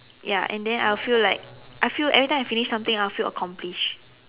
ya and then I will feel like I feel everything I finish something I will feel accomplished